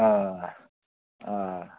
آ آ